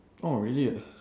orh really ah